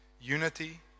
unity